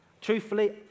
truthfully